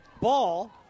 ball